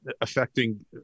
affecting